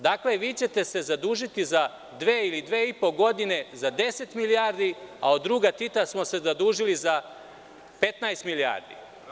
Dakle, vi ćete se zadužiti za dve ili dve i po godine za 10 milijardi, a od druga Tita smo se zadužili za 15 milijardi.